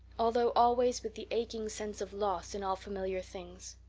although always with the aching sense of loss in all familiar things.